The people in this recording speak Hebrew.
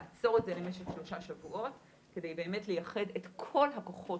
לעצור את זה למשך שלושה שבועות כדי באמת לייחד את כל הכוחות